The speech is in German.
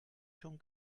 schon